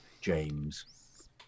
James